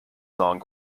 song